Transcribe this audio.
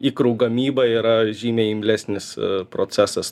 ikrų gamyba yra žymiai imlesnis procesas